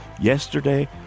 Yesterday